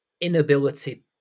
inability